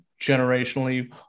generationally